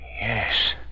Yes